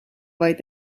vaid